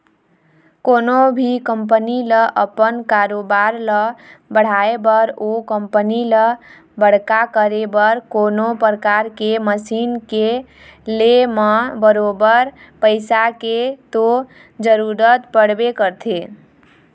कोनो भी कंपनी ल अपन कारोबार ल बढ़ाय बर ओ कंपनी ल बड़का करे बर कोनो परकार के मसीन के ले म बरोबर पइसा के तो जरुरत पड़बे करथे